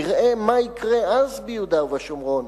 נראה מה יקרה אז ביהודה ובשומרון.